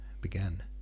began